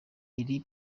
iri